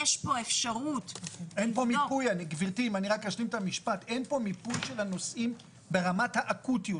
אין פה מיפוי של הנושאים ברמת האקוטיות,